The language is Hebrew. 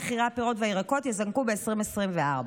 מחירי הפירות והירקות יזנקו ב-2024".